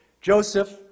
Joseph